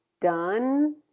done